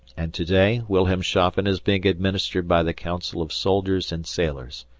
and to-day wilhelmshafen is being administered by the council of soldiers and sailors.